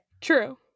True